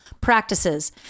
practices